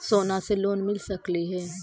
सोना से लोन मिल सकली हे?